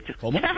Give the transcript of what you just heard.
¿Cómo